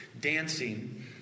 dancing